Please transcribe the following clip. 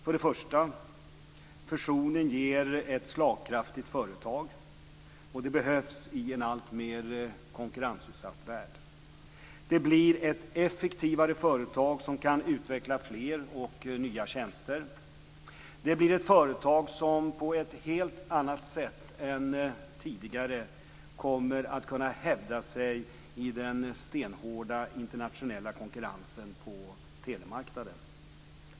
För det första: Fusionen ger ett slagkraftigt företag. Det behövs i en alltmer konkurrensutsatt värld. Det blir ett effektivare företag som kan utveckla fler och nya tjänster. Det blir ett företag som på ett helt annat sätt än tidigare kommer att kunna hävda sig i den stenhårda internationella konkurrensen på telemarknaden.